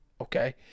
okay